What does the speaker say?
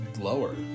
lower